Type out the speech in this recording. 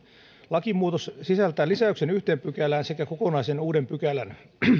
lakimuutos sisältää lisäyksen yhteen pykälään sekä kokonaisen uuden pykälän